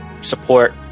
support